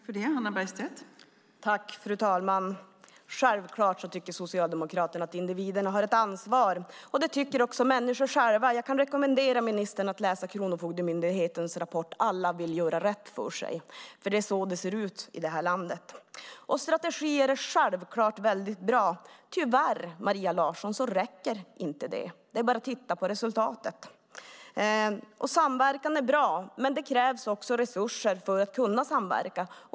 Fru talman! Självklart tycker Socialdemokraterna att individerna har ett ansvar. Det tycker också människor själva. Jag kan rekommendera ministern att läsa Kronofogdemyndighetens rapport Alla vill göra rätt för sig , för det är så det ser ut i det här landet. Strategi är självklart bra, men tyvärr, Maria Larsson, räcker det inte. Det är bara att se på resultatet. Samverkan är bra, men det krävs också resurser för att kunna samverka.